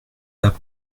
pas